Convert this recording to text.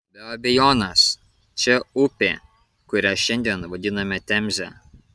be abejonės čia upė kurią šiandien vadiname temze